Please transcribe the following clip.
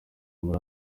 muri